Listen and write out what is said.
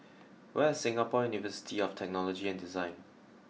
where is Singapore University of Technology and Design